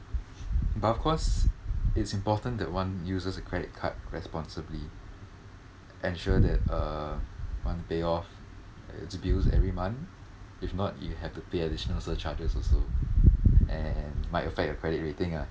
but of course it's important that one uses a credit card responsibly ensure that uh one pay off his bills every month if not you have to pay additional surcharges also and might affect your credit rating lah